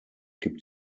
gibt